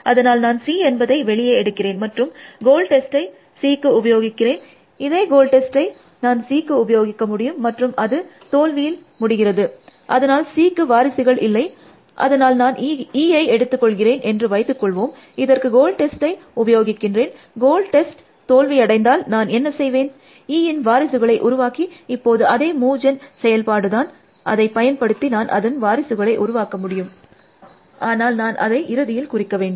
அதனால் நான் C என்பதை வெளியே எடுக்கிறேன் மற்றும் கோல் டெஸ்டை Cக்கு உபயோகிக்கிறேன் இதே கோல் டெஸ்டை நான் Cக்கு உபயோகிக்க முடியும் மற்றும் அது தோல்வியில் முடிகிறது அதனால் சிக்கு வாரிசுகள் இல்லை அதனால் நான் Eஐ எடுத்து கொள்கிறேன் என்று வைத்து கொள்வோம் இதற்கு கோல் டெஸ்டை நான் உபயோகிக்கிறேன் கோல் டெஸ்ட் தோல்வியடைந்தால் நான் என்ன செய்வேன் Eயின் வாரிசுகளை உருவாக்கி இப்போது அதே மூவ் ஜென் செயல்பாடுதான் அதை பயன்படுத்தி நான் அதன் வாரிசுகளை உருவாக்க முடியும் ஆனால் நான் அதை இறுதியில் குறிக்க வேண்டும்